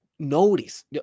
notice